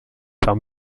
par